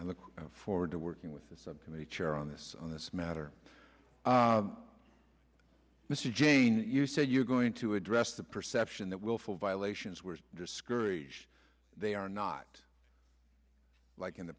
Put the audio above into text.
i look forward to working with the subcommittee chair on this on this matter mr jane you say you are going to address the perception that willful violations were discouraged they are not like in the